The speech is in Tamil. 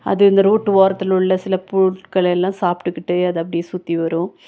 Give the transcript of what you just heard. அது இந்த ரோட்டு ஓரத்தில் உள்ள சில பொருட்களையெல்லாம் சாப்பிட்டுக்கிட்டு அது அப்படியே சுற்றி வரும்